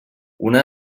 una